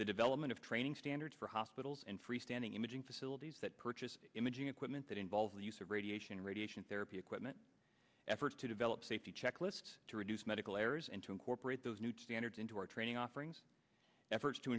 the development of training standards for hospitals and freestanding imaging facilities that purchase imaging equipment that involves the use of radiation radiation therapy equipment efforts to develop safety checklist to reduce medical errors and to incorporate those new standards into our training offerings efforts to